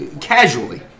Casually